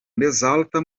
mezalta